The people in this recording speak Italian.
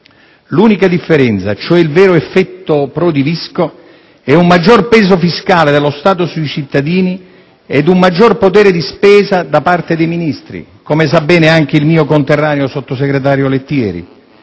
L'unica differenza, cioè il vero effetto Prodi-Visco, è un maggior peso fiscale dello Stato sui cittadini ed un maggior potere di spesa da parte dei Ministri, come sa bene anche il mio conterraneo sottosegretario Lettieri.